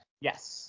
Yes